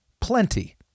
plenty